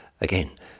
Again